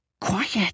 Quiet